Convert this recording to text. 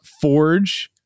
Forge